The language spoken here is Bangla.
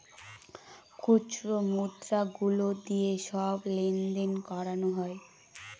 খুচরো মুদ্রা গুলো দিয়ে সব লেনদেন করানো হয়